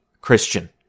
Christian